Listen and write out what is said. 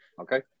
Okay